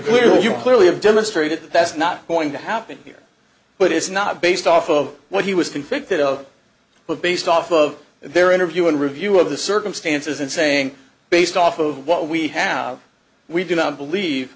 sure you clearly have demonstrated that that's not going to happen here but it's not based off of what he was convicted of but based off of their interview and review of the circumstances and saying based off of what we have we do not believe